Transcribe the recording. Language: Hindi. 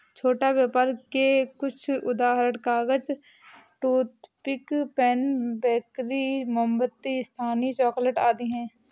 छोटा व्यापर के कुछ उदाहरण कागज, टूथपिक, पेन, बेकरी, मोमबत्ती, स्थानीय चॉकलेट आदि हैं